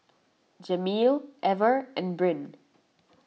Jameel Ever and Brynn